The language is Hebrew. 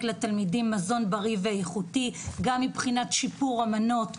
לתלמידים מזון בריא ואיכותי גם מבחינת שיפור המנות הבשריות,